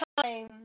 time